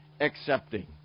accepting